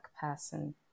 person